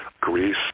Greece